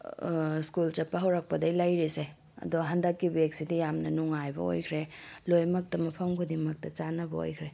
school ꯆꯠꯄ ꯍꯧꯔꯛꯄꯗꯒꯤ ꯂꯩꯔꯤꯁꯦ ꯑꯗꯣ ꯍꯟꯗꯛꯀꯤ ꯕꯦꯛꯁꯤꯗꯤ ꯌꯥꯝꯅ ꯅꯨꯡꯉꯥꯏꯕ ꯑꯣꯏꯈ꯭ꯔꯦ ꯂꯣꯏꯃꯛꯇ ꯃꯐꯝ ꯈꯨꯗꯤꯡꯃꯛꯇ ꯆꯥꯟꯅꯕ ꯑꯣꯏꯈ꯭ꯔꯦ